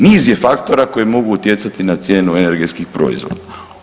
Niz je faktora koji mogu utjecati na cijenu energetskih proizvoda.